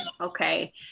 okay